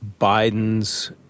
Biden's